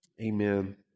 Amen